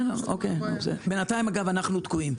בינתיים אנחנו תקועים.